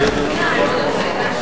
פיקוח על מחירי תעודת הכשר),